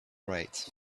right